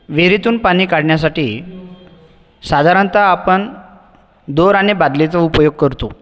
विहिरीतून पाणी काढण्यासाठी साधारणतः आपण दोर आणि बादलीचा उपयोग करतो